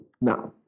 Now